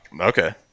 Okay